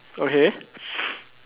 okay